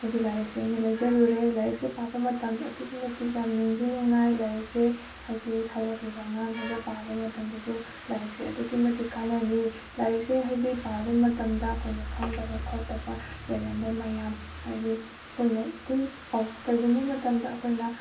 ꯍꯥꯏꯗꯤ ꯂꯥꯏꯔꯤꯛꯁꯦ ꯑꯩꯅ ꯂꯩꯖꯔꯨꯔꯦ ꯂꯥꯏꯔꯤꯛꯁꯦ ꯄꯥꯕ ꯃꯇꯝꯗ ꯑꯗꯨꯛꯀꯤ ꯃꯇꯤꯛ ꯌꯥꯝ ꯅꯨꯡꯁꯨ ꯅꯨꯡꯉꯥꯏ ꯂꯥꯏꯔꯤꯛꯁꯦ ꯍꯥꯏꯗꯤ ꯍꯧꯔꯛꯂꯤꯕ ꯑꯉꯥꯡꯈꯩꯗ ꯄꯥꯕ ꯃꯇꯝꯗꯁꯨ ꯂꯥꯏꯔꯤꯛꯁꯦ ꯑꯗꯨꯛꯀꯤ ꯃꯇꯤꯛ ꯀꯥꯟꯅꯅꯤ ꯂꯥꯏꯔꯤꯛꯁꯦ ꯍꯥꯏꯗꯤ ꯄꯥꯔꯨꯕ ꯃꯇꯝꯗ ꯑꯩꯈꯣꯏꯅ ꯈꯪꯗꯕ ꯈꯣꯠꯇꯕ ꯂꯩꯔꯝꯕ ꯃꯌꯥꯝ ꯍꯥꯏꯗꯤ ꯑꯩꯈꯣꯏꯅ ꯑꯗꯨꯝ ꯑꯥꯎ ꯀꯩꯒꯨꯝꯕ ꯃꯇꯝꯗ ꯑꯩꯈꯣꯏꯅ